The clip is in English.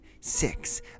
six